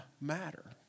matter